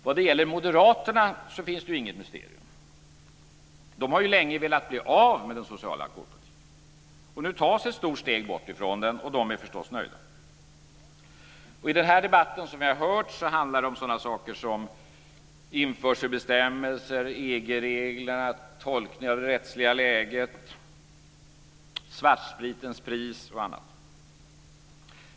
Vad gäller moderaterna finns inget mysterium. De har länge velat bli av med den sociala alkoholpolitiken. Nu tas ett stort steg bort från den, och de är förstås nöjda. I den debatt som vi har hört handlar det om införselbestämmelser, EG-regler, tolkningar av det rättsliga läget, svartspritens pris och annat.